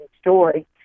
story